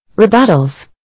Rebuttals